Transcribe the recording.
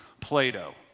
Plato